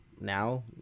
now